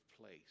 place